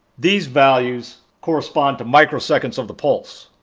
these values correspond to microseconds of the pulse.